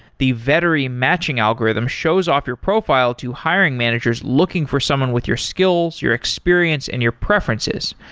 the vettery matching algorithm shows off your profile to hiring managers looking for someone with your skills, your experience and your preferences,